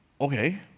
Okay